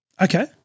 Okay